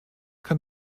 kann